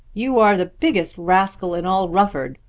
you are the biggest rascal in all rufford,